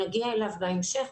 נגיע אליו בהמשך,